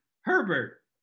Herbert